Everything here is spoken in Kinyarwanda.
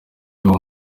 y’uwo